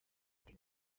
iki